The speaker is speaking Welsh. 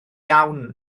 iawn